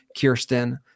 Kirsten